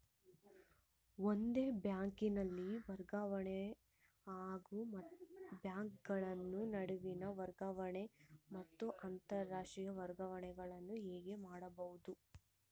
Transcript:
ಒಂದೇ ಬ್ಯಾಂಕಿನಲ್ಲಿ ವರ್ಗಾವಣೆ ಹಾಗೂ ಬ್ಯಾಂಕುಗಳ ನಡುವಿನ ವರ್ಗಾವಣೆ ಮತ್ತು ಅಂತರಾಷ್ಟೇಯ ವರ್ಗಾವಣೆಗಳು ಹೇಗೆ ಮಾಡುವುದು?